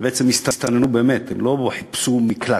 ובעצם הם באמת הסתננו, הם לא חיפשו מקלט,